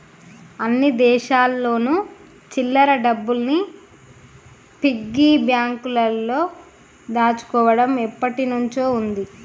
అన్ని దేశాల్లోను చిల్లర డబ్బుల్ని పిగ్గీ బ్యాంకులో దాచుకోవడం ఎప్పటినుంచో ఉంది